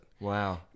wow